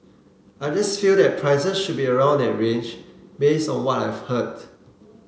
I just feel that prices should be around that range based on what I've heard